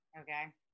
okay